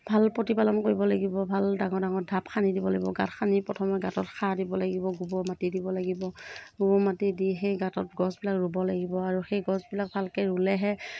ভাল প্ৰতিপালন কৰিব লাগিব ভাল ডাঙৰ ডাঙৰ ঢাপ খানি দিব লাগিব গাঁত খানি প্ৰথমতে গাঁতত সাৰ দিব লাগিব গোবৰ মাটি দিব লাগিব গোবৰ মাটি দি সেই গাঁতত গছবিলাক ৰুব লাগিব আৰু সেই গছবিলাক ভালকৈ ৰুলেহে